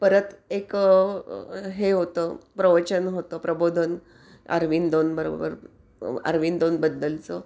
परत एक हे होतं प्रवचन होतं प्रबोधन अरविंदोंबरोबर अरविंदोंबद्दलचं